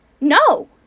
No